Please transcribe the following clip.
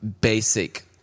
basic